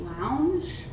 Lounge